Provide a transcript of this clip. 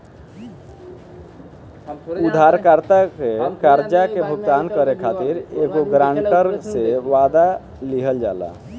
उधारकर्ता के कर्जा के भुगतान करे खातिर एगो ग्रांटर से, वादा लिहल जाला